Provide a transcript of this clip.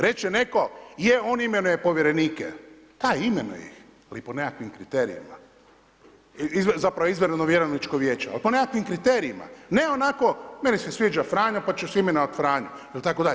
Reći će netko, je on imenuje povjerenike, da imenuje ih, ali po nekakvim kriterijima, zapravo izvanredno vjerovničko vijeće, ali po nekakvim kriterijima, ne onako meni se sviđa Franjo pa ću imenovat Franju itd.